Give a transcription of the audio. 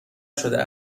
شده